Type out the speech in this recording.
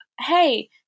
hey